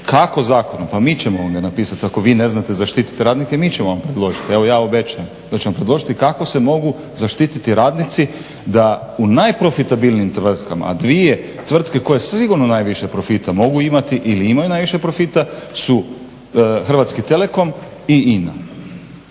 kako zakonom? Pa mi ćemo vam ga napisati ako vi ne znate zaštititi radnike mi ćemo vam predložiti. Evo ja obećajem da ćemo predložiti kako se mogu zaštititi radnici da u najprofitabilnijim tvrtkama, dvije tvrtke koje sigurno najviše profita mogu imati ili imaju najviše profita su Hrvatski telekom i INA.